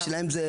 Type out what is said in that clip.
השאלה שלי,